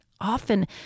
often